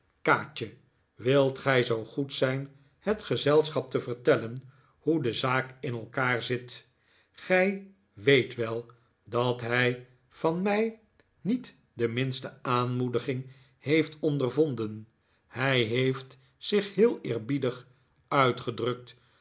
kaatje wilt gij zoo goed zijn het gezelschap te vertellen hoe de zaak in elkaar zit gij weet wel dat hij van mij niet de minste aanmoediging heeft ondervonden hij heeft zich heel eerbiedig uitgedrukt